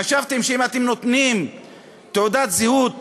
חשבתם שאם אתם נותנים תעודת זהות